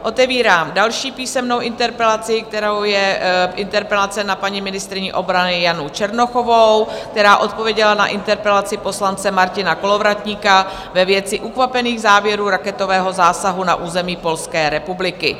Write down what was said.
Otevírám další písemnou interpelaci, kterou je interpelace na paní ministryni obrany Janu Černochovou, která odpověděla na interpelaci poslance Martina Kolovratníka ve věci ukvapených závěrů raketového zásahu na území Polské republiky.